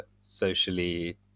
socially